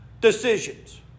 decisions